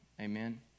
Amen